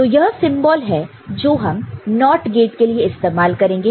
तो यह सिंबल है जो हम NOT गेट के लिए इस्तेमाल करेंगे